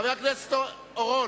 חבר הכנסת אורון.